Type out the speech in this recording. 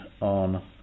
on